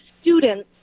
students